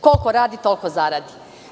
Koliko radi, toliko zaradi.